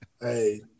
Hey